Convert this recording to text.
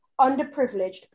underprivileged